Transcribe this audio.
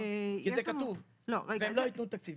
כי מה יקרה אם הם לא יתנו תקציב?